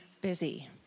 busy